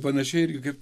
panašiai irgi kaip